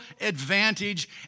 advantage